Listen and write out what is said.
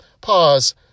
pause